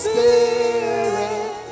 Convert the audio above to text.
Spirit